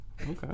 Okay